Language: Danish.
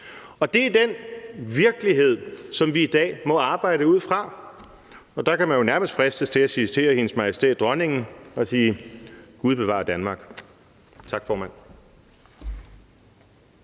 Det er den virkelighed, som vi i dag må arbejde ud fra, og der kan man jo nærmest fristes til at citere Hendes Majestæt Dronningen og sige: Gud bevare Danmark. Tak, formand.